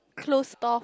closed off